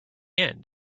end